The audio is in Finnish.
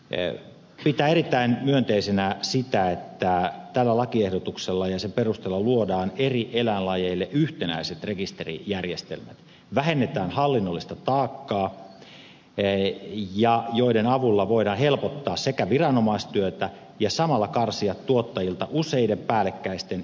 valiokunta pitää erittäin myönteisenä sitä että tämän lakiehdotuksen perusteella luodaan eri eläinlajeille yhtenäiset rekisterijärjestelmät joiden avulla vähennetään hallinnollista taakkaa voidaan helpottaa viranomaistyötä ja samalla karsia tuottajilta useiden päällekkäisten ilmoitusten tekoa